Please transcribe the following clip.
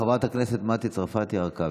חברת הכנסת מטי צרפתי הרכבי,